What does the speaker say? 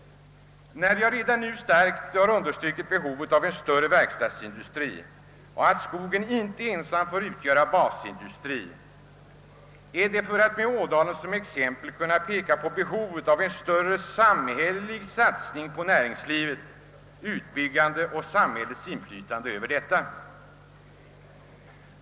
När jag redan nu starkt understrukit behovet av en större verkstadsindustri och att skogen inte ensam kan få utgöra basindustri är det för att med Ådalen som exempel kunna peka på behovet av en större samhällelig satsning på näringslivets utbyggande och av samhällets inflytande över detta.